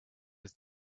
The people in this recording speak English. with